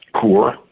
core